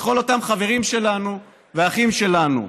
לכל אותם חברים שלנו, לאחים שלנו,